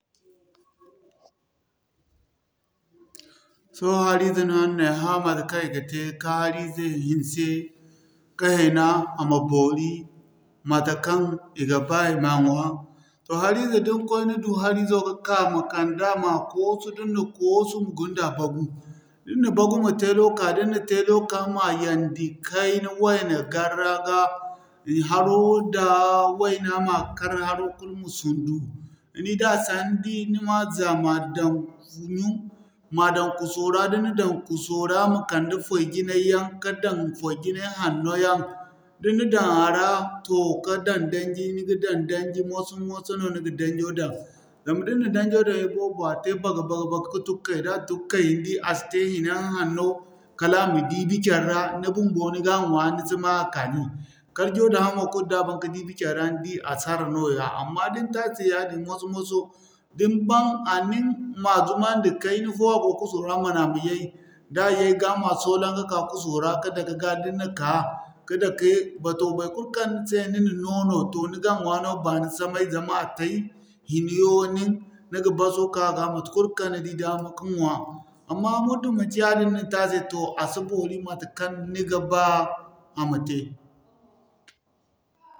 Sohõ harize no araŋ na ay hã matekaŋ i ga te ka harize hinse ka hina, a ma boori matekaŋ i ga ba i ma ŋwa. Toh harize din koy ni du harizo ka'ka ma kanda ma koosu ma gunda bagu, din na bagu ma teelo ka ma yandi kayna wayna-garra ga, haro da wayna ma kar haro kul ma sundu. Ni di da sandi, ni ma za ma dan ma daŋ kuso ra, din na daŋ kuso ra ma kande foy jinay yaŋ ka daŋ foy jinay hanno yaŋ. Din na daŋ a ra toh ka daŋ daŋji, ni ga daŋ daŋji moso-moso no ni ga daŋjo daŋ zama dinna daŋjo daŋ iboobo a te baka-baka ka tun kay, da tun kay a si te hinayaŋ hanno. Kala a ma diibi car'ra ni bumbo ni ga ɲwaa ni si ma a kani, karjo da hamo kul da baŋ ka daŋ car'ra ni di a sara nooya. Amma din te a se yaadin moso-moso din ban a nin ma zumandi kayna fo a go kuso ra ma nan a ma yay. Da yay ga ma soolam ka'ka kuso ra ka dake ga din na ka batoh, baikulu kaŋ se ni na no'no toh ni ga ɲwaa no baani samay zama a tay, hina yaŋo nin. Ni ga baso ka a ga matekul kaŋ ni di daama ka ŋwaa, amma muddum manci yaadin no ni te a se toh a si boori matekaŋ ni ga baa a ma te.